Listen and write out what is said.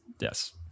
Yes